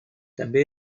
també